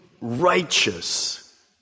righteous